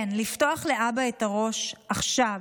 כן, לפתוח לאבא את הראש עכשיו,